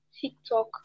TikTok